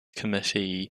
committee